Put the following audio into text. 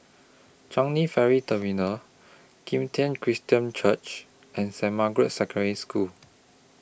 Changi Ferry Terminal Kim Tian Christian Church and Saint Margaret's Secondary School